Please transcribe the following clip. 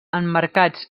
emmarcats